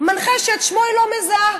מנחה שאת שמו היא לא מזהה.